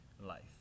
life